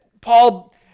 Paul